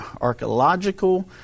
archaeological